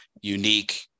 unique